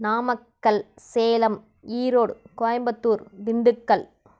Namakkal Salem Erode Coimbatore Dindigul